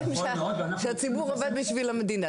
חושבים שהציבור עובד בשביל המדינה.